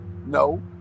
no